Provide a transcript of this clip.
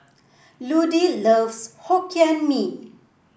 Ludie loves Hokkien Mee